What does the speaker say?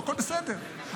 הכול בסדר,